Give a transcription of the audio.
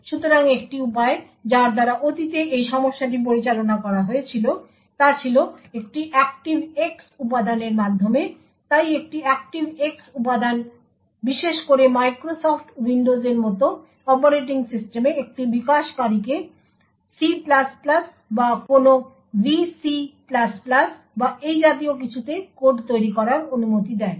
সুতরাং একটি উপায় যার দ্বারা অতীতে এই সমস্যাটি পরিচালনা করা হয়েছিল তা ছিল একটি ActiveX উপাদানের মাধ্যমে তাই একটি ActiveX উপাদান বিশেষ করে মাইক্রোসফ্ট উইন্ডোজের মত অপারেটিং সিস্টেমে একজন বিকাশকারীকে C বা কোন VC বা এই জাতীয় কিছুতে কোড তৈরী করার অনুমতি দেয়